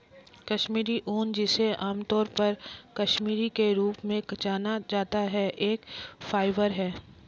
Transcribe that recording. कश्मीरी ऊन, जिसे आमतौर पर कश्मीरी के रूप में जाना जाता है, एक फाइबर है